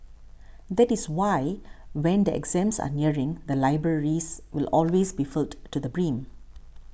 that is why when the exams are nearing the libraries will always be filled to the brim